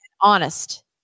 Honest